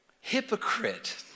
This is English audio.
Hypocrite